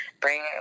bring